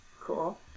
cool